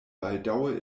baldaŭe